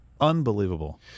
Unbelievable